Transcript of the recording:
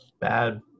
bad